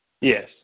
Yes